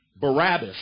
Barabbas